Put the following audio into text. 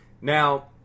Now